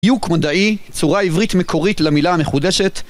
דיוק מדעי, צורה עברית מקורית למילה המחודשת